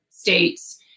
states